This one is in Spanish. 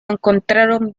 encontraron